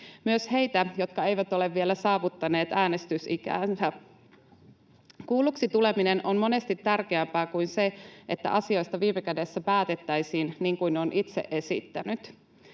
myös heitä, jotka eivät ole vielä saavuttaneet äänestysikäänsä. Kuulluksi tuleminen on monesti tärkeämpää kuin se, että asioista viime kädessä päätettäisiin niin kuin on itse esittänyt.